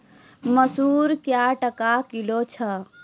मसूर क्या टका किलो छ?